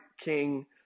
King